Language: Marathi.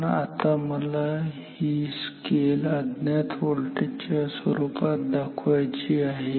पण आता मला ही स्केल अज्ञात व्होल्टेजच्या स्वरूपात दाखवायची आहे